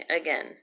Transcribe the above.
again